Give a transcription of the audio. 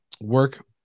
work